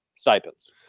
stipends